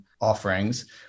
offerings